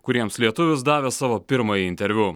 kuriems lietuvis davė savo pirmąjį interviu